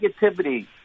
negativity